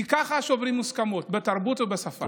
כי ככה שוברים מוסכמות, בתרבות ובשפה.